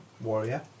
warrior